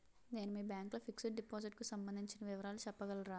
నేను మీ బ్యాంక్ లో ఫిక్సడ్ డెపోసిట్ కు సంబందించిన వివరాలు చెప్పగలరా?